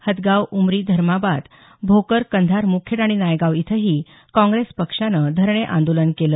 हदगाव उमरी धर्माबाद भोकर कंधार मुखेड आणि नायगाव इथंही काँग्रेस पक्षानं धरणे आंदोलन केलं